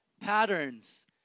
patterns